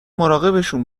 مراقبشون